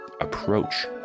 approach